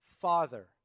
Father